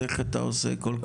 אז איך אתה עושה קול קורא?